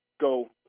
go